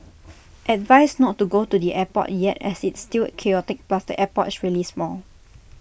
advised not to go to the airport yet as it's still chaotic plus the airport is really small